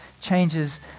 changes